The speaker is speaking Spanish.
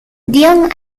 dion